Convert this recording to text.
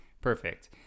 perfect